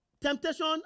temptation